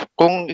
kung